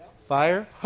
Fire